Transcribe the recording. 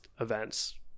events